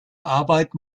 arbeit